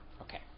Okay